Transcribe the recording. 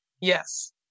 Yes